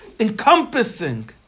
encompassing